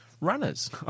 runners